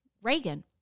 Reagan